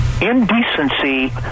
indecency